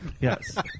Yes